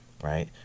Right